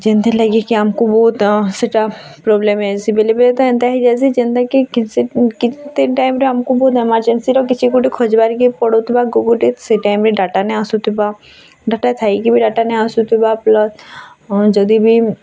ଯେନ୍ତିର୍ ଲାଗି କି ଆମକୁ ବହୁତ୍ ସେଇଟା ପ୍ରୋବ୍ଲେମ୍ ହେସିଁ ବେଲେ ବେଲେ ତ ଏନ୍ତା ହେଇ ଯାସିଁ ଯେନ୍ତା କି କିଛି କେତେ ଟାଇମ୍ରେ ଆମକୁ ବି ଏମର୍ଜେନ୍ସିର କିଛି ଗୁଟେ ଖୋଜିବାର୍ କେ ପଡ଼ୁଥିବା ଗୋଟେ ସେ ଟାଇମ୍ରେ ଡାଟା ନାଇଁ ଆସୁଥିବା ଡାଟା ଥାଇକି ବି ଡାଟା ନାଇଁ ଆସୁଥିବା ପ୍ଲସ୍ ଯଦି ବି